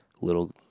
little